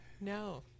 No